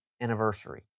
anniversary